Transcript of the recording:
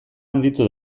handitu